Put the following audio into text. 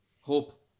Hope